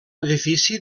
edifici